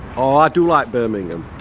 ah do like birmingham.